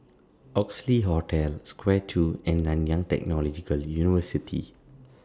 Oxley Hotel Square two and Nanyang Technological University